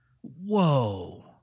Whoa